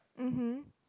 mmhmm